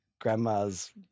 grandma's